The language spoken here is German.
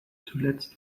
zuletzt